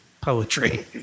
poetry